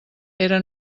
era